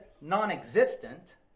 non-existent